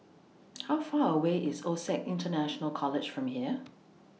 How Far away IS OSAC International College from here